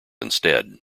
instead